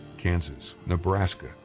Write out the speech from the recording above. kansas, nebraska,